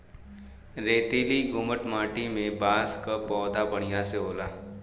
रेतीली दोमट माटी में बांस क पौधा बढ़िया से होला